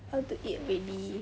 I want to eat already